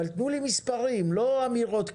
אבל תנו לי מספרים, לא אמירות כלליות.